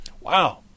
Wow